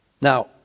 Now